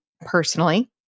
personally